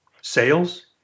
sales